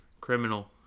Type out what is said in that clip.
Criminal